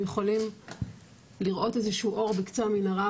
יכולים לראות איזה שהוא אור בקצה המנהרה,